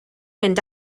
mynd